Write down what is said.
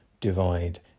divide